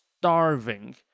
starving